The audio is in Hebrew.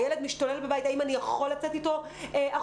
הילד משתולל בבית, האם אני יכול לצאת איתו החוצה?